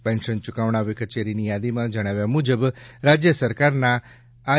pension ચૂકવણા કચેરીની યાદીમાં જણાવ્યા મુજબ રાજ્ય સરકારના આઈ